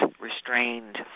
restrained